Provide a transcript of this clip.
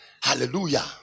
Hallelujah